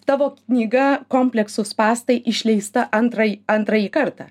tavo knyga kompleksų spąstai išleista antrąjį antrąjį kartą